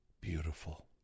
beautiful